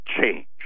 change